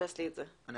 אנחנו